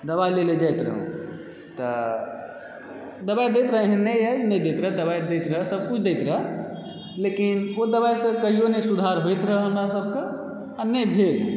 दबाइ लय लऽ जाइत रहु तऽ दबाइ दैत रहय एहन नहि रहय जे नहि दैत रहै दबाइ दैत रहय सभ किछु दैत रहऽ लेकिन ओ दबाइसँ कहिओ नहि सुधार होइत रहऽ हमरा सभकेँ आ नहि भेल